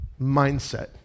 mindset